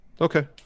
Okay